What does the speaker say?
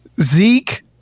Zeke